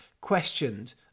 questioned